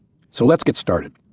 so let's get started.